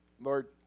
Lord